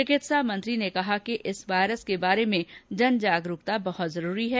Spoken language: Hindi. चिकित्सा मंत्री ने कहा कि इस वायरस के बारे में जनजागरूकता बहुत जरूरी है